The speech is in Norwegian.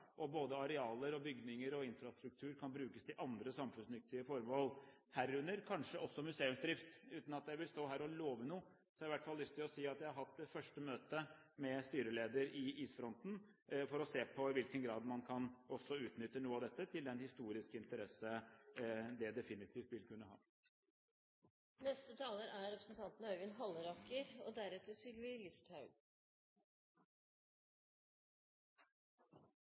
og både arealer, bygninger og infrastruktur kan brukes til andre samfunnsnyttige formål, herunder kanskje også museumsdrift. Uten at jeg vil stå her og love noe, har jeg i hvert fall lyst til å si at jeg har hatt det første møtet med styreleder i Isfronten for å se på i hvilken grad man kan utnytte noe av dette til den historiske interesse det definitivt vil kunne ha. Jeg synes det er